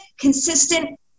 consistent